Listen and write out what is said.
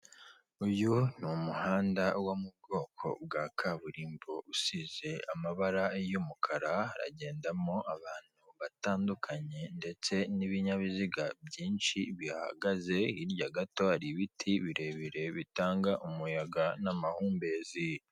Uyu ni umuhanda wo mu bwoko bwa kaburimbo usize amabara y'umukara haragendamo abantu batandukanye ndetse n'ibinyabiziga byinshi bihahagaze, hirya gato hari ibiti birebire bitanga umuyaga n'amahumbezi.